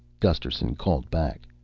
gusterson called back.